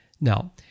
Now